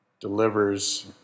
delivers